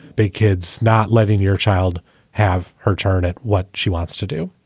big kids not letting your child have her turn at what she wants to do